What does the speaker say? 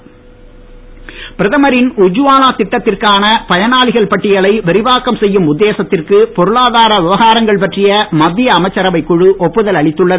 அமைச்சரவை பிரதமரின் உஜ்வாலா திட்டத்திற்கான பயனாளிகள் பட்டியரல விரிவாக்கம் செய்யும் உத்தேசத்திற்கு பொருளாதார விவகாரங்கள் பற்றிய மத்திய அமைச்சரவைக் குழு ஒப்புதல் அளித்துள்ளது